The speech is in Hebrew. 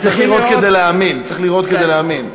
צריכים לראות, צריכים לראות כדי להאמין.